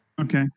Okay